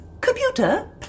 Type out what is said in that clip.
Computer